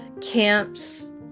camps